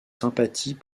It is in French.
sympathies